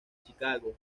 chicago